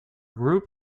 group